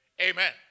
Amen